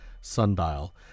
Sundial